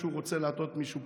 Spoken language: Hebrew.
שהוא רוצה להטעות מישהו,